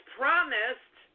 promised